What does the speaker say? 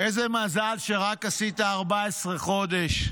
איזה מזל שעשית רק 14 חודש,